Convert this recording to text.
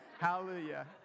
hallelujah